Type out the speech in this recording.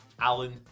Alan